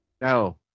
No